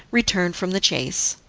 returned from the chase.